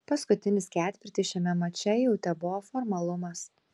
paskutinis ketvirtis šiame mače jau tebuvo formalumas